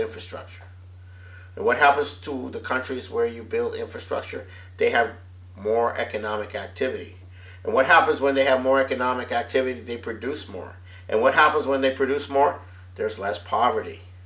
infrastructure and what happens to the countries where you build the infrastructure they have more economic activity and what happens when they have more economic activity they produce more and what happens when they produce more there's less poverty